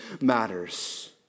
matters